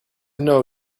know